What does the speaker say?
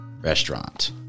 restaurant